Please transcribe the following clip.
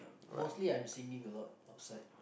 mostly I'm singing a lot outside